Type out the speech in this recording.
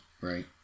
Right